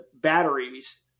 batteries